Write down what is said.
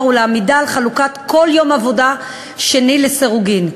ולהעמידה על חלוקת כל יום עבודה שני לסירוגין.